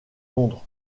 londres